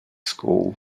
school